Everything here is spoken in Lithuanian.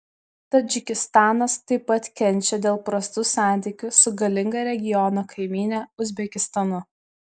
tadžikistanas taip pat kenčia dėl prastų santykių su galinga regiono kaimyne uzbekistanu